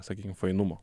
sakykim fainumo